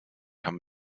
haben